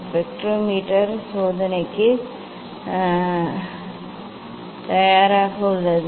spectrometer சோதனைக்கு தயாராக உள்ளது